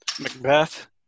Macbeth